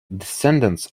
descendants